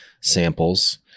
samples